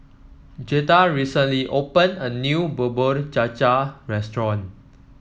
Jetta recently opened a new Bubur Cha Cha restaurant